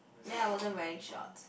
then I wasn't wearing shorts